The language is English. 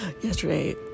Yesterday